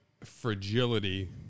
fragility